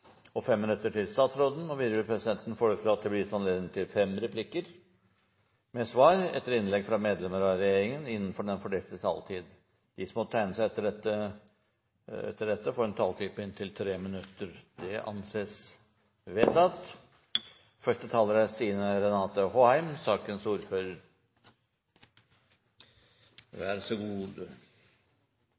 til fem replikker med svar etter innlegg fra medlemmer av regjeringen innenfor den fordelte taletid. Videre blir det foreslått at de som måtte tegne seg på talerlisten utover den fordelte taletid, får en taletid på inntil 3 minutter. – Det anses vedtatt.